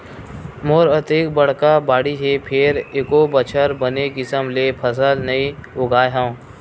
मोर अतेक बड़का बाड़ी हे फेर एको बछर बने किसम ले फसल नइ उगाय हँव